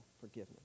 forgiveness